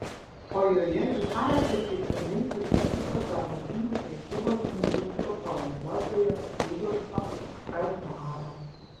o joje visai atsitiktinai susitiko tuometinio prekybos ministro pavaduotoją rudolfą kazbarą